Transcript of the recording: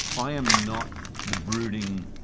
i am not the brooding,